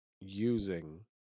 using